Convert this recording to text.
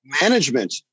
management